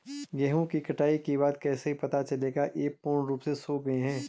गेहूँ की कटाई के बाद कैसे पता चलेगा ये पूर्ण रूप से सूख गए हैं?